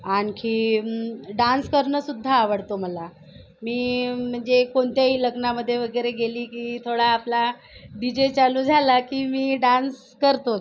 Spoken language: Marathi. आणखी डान्स करणंसुद्धा आवडतो मला मी म्हणजे कोणत्याही लग्नामध्ये वगैरे गेली की थोडा आपला डी जे चालू झाला की मी डान्स करतोच